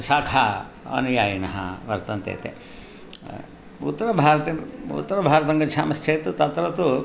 शाखा अनुयायिनः वर्तन्ते ते उत्तरभारते उत्तरभारतं गच्छामश्चेत् तत्र तु